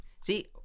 See